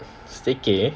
staycay